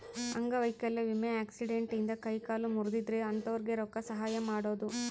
ಅಂಗವೈಕಲ್ಯ ವಿಮೆ ಆಕ್ಸಿಡೆಂಟ್ ಇಂದ ಕೈ ಕಾಲು ಮುರ್ದಿದ್ರೆ ಅಂತೊರ್ಗೆ ರೊಕ್ಕ ಸಹಾಯ ಮಾಡೋದು